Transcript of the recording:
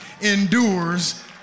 endures